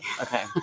Okay